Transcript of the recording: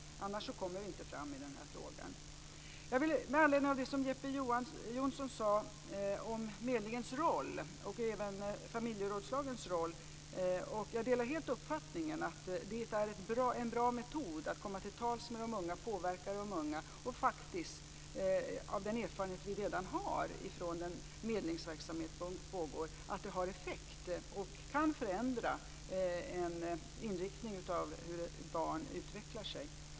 Annars kommer vi inte fram i den här frågan. Med anledning av det som Jeppe Johnsson sade om medlingens och även familjerådslagens roll vill jag säga att jag helt delar uppfattningen att det är en bra metod att komma till tals med de unga och påverka dem. Vi vet av den erfarenhet vi redan har från den medlingsverksamhet som pågår att det har effekt och kan förändra inriktningen av barnets utveckling.